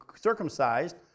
circumcised